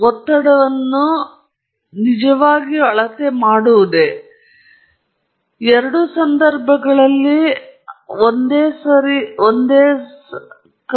ನೀವು ವಾಸ್ತವವಾಗಿ ನಿಮ್ಮ ತೇವಾಂಶವನ್ನು ಪರೀಕ್ಷಿಸಲು ಸಂವೇದಕಗಳನ್ನು ಬಳಸಬಹುದು ಆದರೆ ಸಂವೇದಕಗಳು ಸಹ ಅದೇ ಸಮಸ್ಯೆಯನ್ನು ಎದುರಿಸಬಹುದು ಏಕೆಂದರೆ ನೀವು ಸಂವೇದಕದಲ್ಲಿ ತೇವಾಂಶವನ್ನು ಕಡಿಮೆಗೊಳಿಸಬಹುದು ಮತ್ತು ಮತ್ತೊಮ್ಮೆ ಸಂವೇದಕವು ತಪ್ಪಾಗಿ ಓದುತ್ತದೆ ಆದ್ದರಿಂದ ನೀವು ನೀವು ಪಡೆದಿದ್ದನ್ನು ಸ್ವತಂತ್ರವಾಗಿ ಪರಿಶೀಲಿಸಬೇಕು